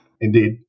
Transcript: Indeed